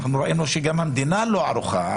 ראינו שגם המדינה לא ערוכה.